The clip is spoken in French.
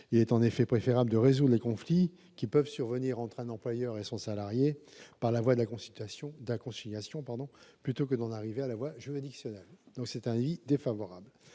Il est en effet préférable de résoudre les conflits qui peuvent survenir entre un employeur et son salarié par la voie de la conciliation, plutôt que d'en arriver à la voie juridictionnelle. Elle est donc défavorable